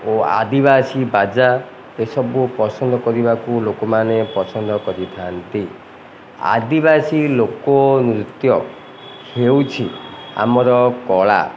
ଓ ଆଦିବାସୀ ବାଜା ଏସବୁ ପସନ୍ଦ କରିବାକୁ ଲୋକମାନେ ପସନ୍ଦ କରିଥାନ୍ତି ଆଦିବାସୀ ଲୋକନୃତ୍ୟ ହେଉଛି ଆମର କଳା